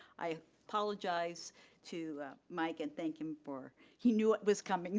i apologize to mike and thank him for, he knew it was coming